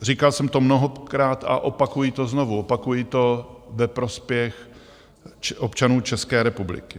Říkal jsem to mnohokrát a opakuji to znovu, opakuji to ve prospěch občanů České republiky.